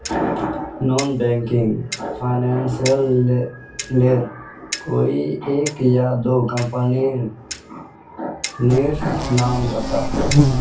Non banking financial लेर कोई एक या दो कंपनी नीर नाम बता?